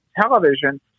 television